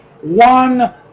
one